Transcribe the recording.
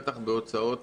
בטח בהוצאות